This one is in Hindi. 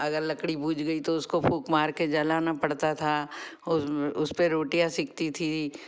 अगर लकड़ी बुझ गई तो उसको फूक मार कर जलाना पड़ता था और उस पर रोटियाँ सिकती थी